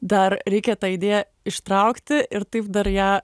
dar reikia tą idėją ištraukti ir taip dar ją